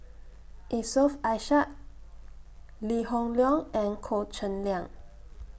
Yusof Ishak Lee Hoon Leong and Goh Cheng Liang